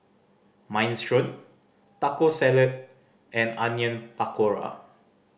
Minestrone Taco Salad and Onion Pakora